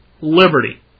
liberty